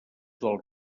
del